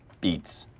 beets.